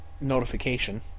notification